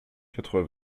quatre